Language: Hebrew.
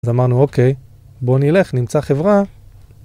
אז אמרנו, אוקיי, בוא נלך, נמצא חברה.